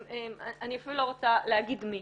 אני אפילו לא רוצה להגיד מי,